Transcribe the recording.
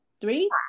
three